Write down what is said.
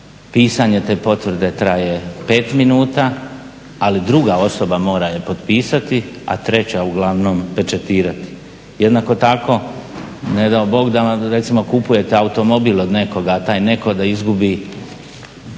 pisanje te potvrde traje 5 minuta, ali druga osoba mora je potpisati a treba uglavnom pečatirati. Jednako tako nedo Bog da vam recimo, kupujete automobil od nekoga, a taj neko da izgubi